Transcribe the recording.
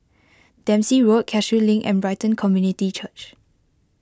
Dempsey Road Cashew Link and Brighton Community Church